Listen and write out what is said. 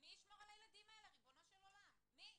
מי ישמור על הילדים האלה, ריבונו של עולם, מי?